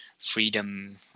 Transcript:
freedom